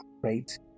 great